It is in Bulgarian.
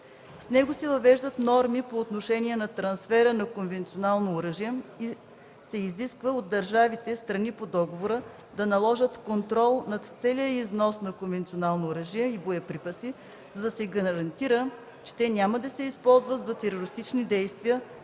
С него се въвеждат норми по отношение на трансфера на конвенционално оръжие и се изисква от държавите – страни по договора, да наложат контрол над целия износ на конвенционално оръжие и боеприпаси, за да се гарантира, че те няма да се използват за терористични действия,